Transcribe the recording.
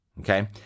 okay